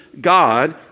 God